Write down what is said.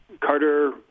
Carter